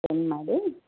send ಮಾಡಿ